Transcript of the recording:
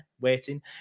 waiting